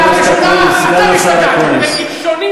אתה משוגע, אתה משוגע, אקוניס.